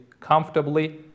comfortably